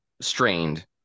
strained